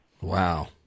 Wow